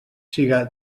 siga